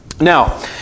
Now